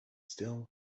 still